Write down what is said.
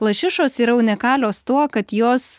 lašišos yra unikalios tuo kad jos